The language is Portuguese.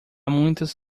muitas